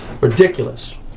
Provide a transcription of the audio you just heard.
Ridiculous